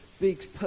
big